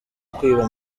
kwiba